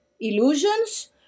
illusions